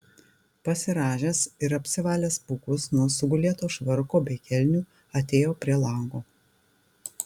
pasirąžęs ir apsivalęs pūkus nuo sugulėto švarko bei kelnių atėjo prie lango